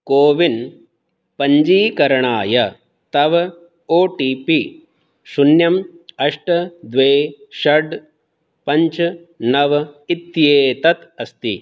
CoWIN पञ्जीकरणाय तव OTP शून्यम् अष्ट द्वे षड् पञ्च नव इत्येतत् अस्ति